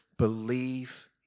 Believe